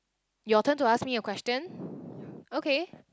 your turn to ask me your question okay